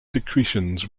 secretions